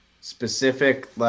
specific